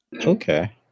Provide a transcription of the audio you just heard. Okay